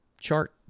chart